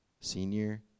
senior